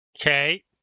Okay